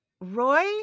Roy